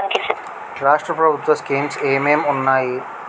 రాష్ట్రం ప్రభుత్వ స్కీమ్స్ ఎం ఎం ఉన్నాయి?